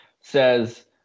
says